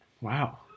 Wow